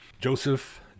Joseph